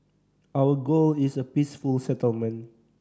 our goal is a peaceful settlement